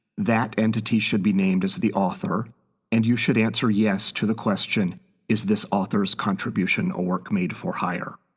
that entity should be named as the author author and you should answer yes to the question is this author's contribution a work made for hire?